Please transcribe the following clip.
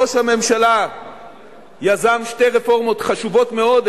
ראש הממשלה יזם שתי רפורמות חשובות מאוד,